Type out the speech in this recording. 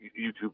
youtube